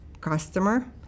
customer